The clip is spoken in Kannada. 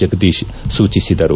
ಜಗದೀಶ್ ಸೂಚಿಸಿದರು